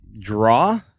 Draw